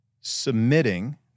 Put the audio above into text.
submitting